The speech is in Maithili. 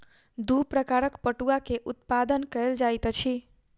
दू प्रकारक पटुआ के उत्पादन कयल जाइत अछि